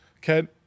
Ken